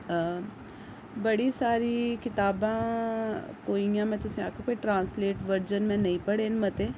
बड़ी सारी कताबां कोई इ'यां में तुसें ई आक्खां ट्रांस्लेट वर्जन में नेईं पढ़े न मते